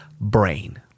BRAIN